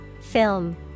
Film